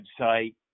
website